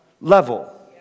level